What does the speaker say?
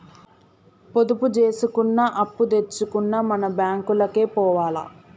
పొదుపు జేసుకున్నా, అప్పుదెచ్చుకున్నా మన బాంకులకే పోవాల